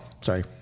sorry